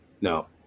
No